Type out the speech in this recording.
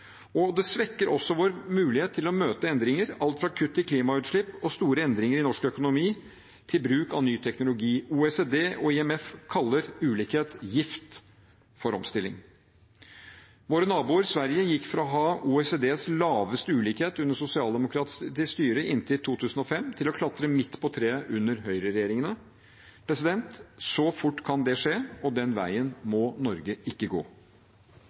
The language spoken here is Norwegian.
dette. Det svekker også vår mulighet til å møte endringer – alt fra kutt i klimautslipp og store endringer i norsk økonomi til bruk av ny teknologi. OECD og IMF kaller ulikhet gift for omstilling. Våre naboer Sverige gikk fra å ha OECDs laveste ulikhet under sosialdemokratisk styre inntil 2005, til å klatre midt på treet under høyreregjeringene. Så fort kan det skje, og den veien må Norge ikke gå.